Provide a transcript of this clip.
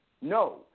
No